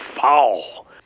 Foul